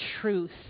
truth